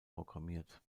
programmiert